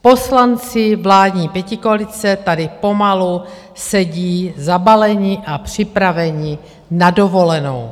Poslanci vládní pětikoalice tady pomalu sedí zabaleni a připraveni na dovolenou.